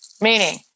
meaning